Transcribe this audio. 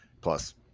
plus